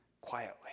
quietly